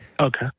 Okay